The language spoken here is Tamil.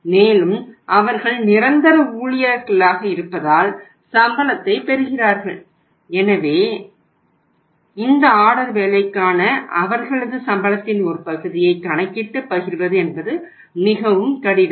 மேலும் அவர்கள் நிரந்தர ஊழியர்களாக இருப்பதால் சம்பளத்தைப் பெறுகிறார்கள் எனவே இந்த ஆர்டர் வேலைக்கான அவர்களது சம்பளத்தின் ஒரு பகுதியை கணக்கிட்டு பகிர்வது என்பது மிகவும் கடினம்